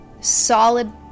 solid